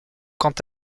quant